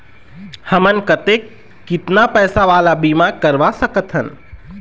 हमन कतेक कितना पैसा वाला बीमा करवा सकथन?